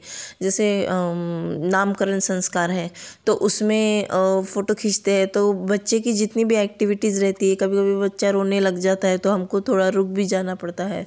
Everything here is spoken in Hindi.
जैसे नाम करण संस्कार है तो उसमें फ़ोटो खींचते हैं तो बच्चे की जितनी भी एक्टिविटीस रहती हैं कोई बच्चा रोने लग जाता है तो हमको थोड़ा रुक भी जाना पड़ता है